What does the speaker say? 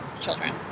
children